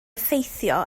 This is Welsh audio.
effeithio